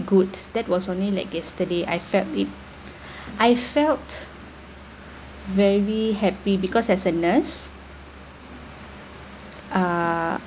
goods that was only like yesterday I felt it I felt very happy because as a nurse uh